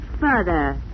further